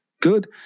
good